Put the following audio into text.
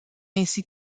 ainsi